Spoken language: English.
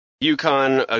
Yukon